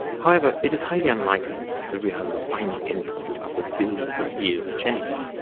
however, it is highly unlikely that we are the final endpoint after billions of years of change.